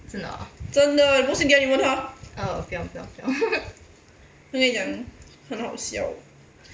真的你不信等下你问他跟你讲很好笑